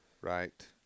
Right